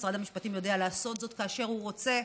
משרד המשפטים יודע לעשות זאת כאשר הוא רוצה.